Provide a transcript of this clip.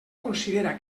considera